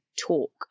talk